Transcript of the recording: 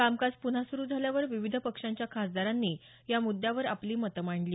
कामकाज पुन्हा सुरू झाल्यावर विविध पक्षांच्या खासदारांनी या मुद्यावर आपली मतं मांडली